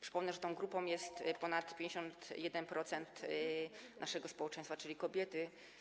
Przypomnę, że tą grupą jest ponad 51% naszego społeczeństwa, czyli kobiety.